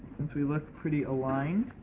since we look pretty aligned.